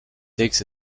takes